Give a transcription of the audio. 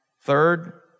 third